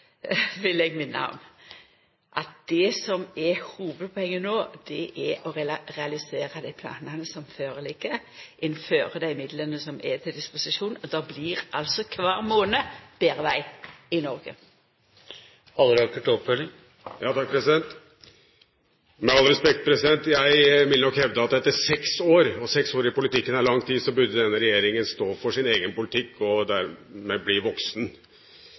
vil eg minna om at det som er hovudpoenget no, er å realisera dei planane som føreligg, innanfor dei midlane som er til disposisjon. Det blir altså kvar månad betre veg i Noreg. Med all respekt, jeg vil nok hevde at etter seks år – og seks år i politikken er lang tid – burde denne regjeringen stå for sin egen politikk og